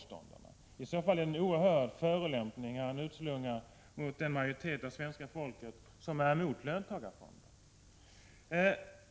Det är i så fall en oerhörd förolämpning som han utslungar mot den majoritet av svenska folket som är emot löntagarfonder.